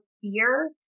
fear